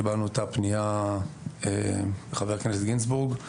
קיבלנו את הפנייה מחה"כ גינזבורג.